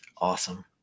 Awesome